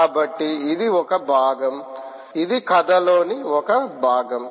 కాబట్టి ఇది ఒక భాగం ఇది కథలోని ఒక భాగం